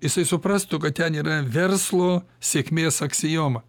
jisai suprastų kad ten yra verslo sėkmės aksioma